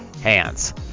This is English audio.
hands